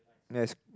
yes